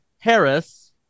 Harris